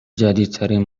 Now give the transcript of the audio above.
جدیدترین